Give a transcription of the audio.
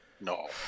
no